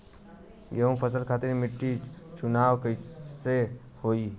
गेंहू फसल खातिर मिट्टी चुनाव कईसे होखे?